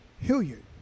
Hilliard